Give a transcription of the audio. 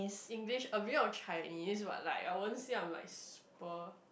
English a bit of Chinese but like I won't see I am like super